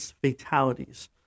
fatalities